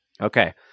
Okay